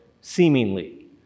seemingly